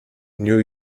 new